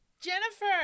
Jennifer